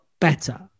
better